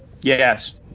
Yes